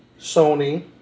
Sony